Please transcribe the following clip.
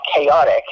chaotic